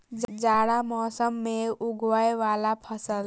जाड़ा मौसम मे उगवय वला फसल?